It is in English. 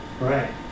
right